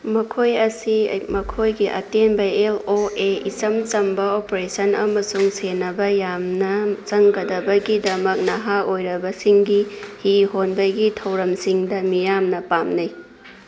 ꯃꯈꯣꯏ ꯑꯁꯤ ꯃꯈꯣꯏꯒꯤ ꯑꯇꯦꯟꯕ ꯑꯦꯜ ꯑꯣ ꯑꯦ ꯏꯆꯝ ꯆꯝꯕ ꯑꯣꯄꯔꯦꯁꯟ ꯑꯃꯁꯨꯡ ꯁꯦꯟꯅꯕ ꯌꯥꯝꯅ ꯆꯪꯒꯗꯕꯒꯤꯗꯃꯛ ꯅꯍꯥ ꯑꯣꯏꯔꯕꯁꯤꯡꯒꯤ ꯍꯤ ꯍꯣꯟꯕꯒꯤ ꯊꯧꯔꯝꯁꯤꯡꯗ ꯃꯤꯌꯥꯝꯅ ꯄꯥꯝꯅꯩ